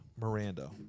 Miranda